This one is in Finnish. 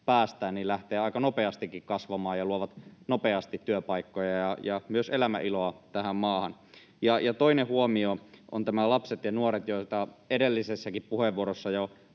päästään, lähtevät aika nopeastikin kasvamaan ja luovat nopeasti työpaikkoja ja myös elämäniloa tähän maahan. Toisena huomiona ovat lapset ja nuoret, joista edellisessäkin puheenvuorossa jo